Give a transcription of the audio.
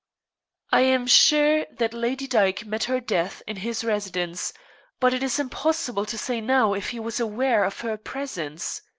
i am sure that lady dyke met her death in his residence but it is impossible to say now if he was aware of her presence.